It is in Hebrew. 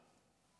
אתה מדבר